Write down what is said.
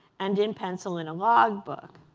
and in pencil in a log book.